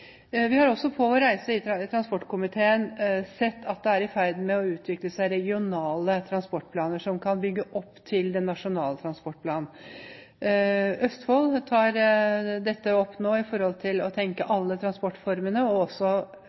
Vi har også på våre reiser i transportkomiteen sett at det er i ferd med å utvikle seg regionale transportplaner som kan bygge opp til den nasjonale transportplanen. Østfold tar dette opp nå når det gjelder å tenke alle transportformene